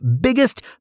biggest